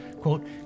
quote